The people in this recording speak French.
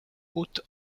haute